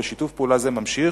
ושיתוף פעולה זה נמשך,